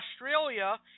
Australia